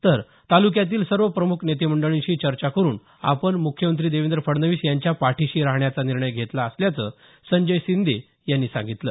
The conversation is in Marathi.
तर तालुक्यातील सर्व प्रमुख नेतेमंडळीशी चर्चा करुन आपण मुख्यमंत्री देवेंद्र फडणवीस यांच्या पाठीशी राहण्याचा निर्णय घेतला असल्याचं संजय शिंदे यांनी सांगितलं